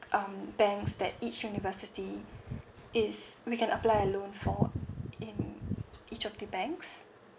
um banks that each university is we can apply a loan for in each of the banks